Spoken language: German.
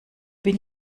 bin